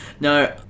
No